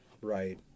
right